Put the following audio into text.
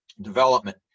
development